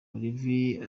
olivier